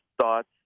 thoughts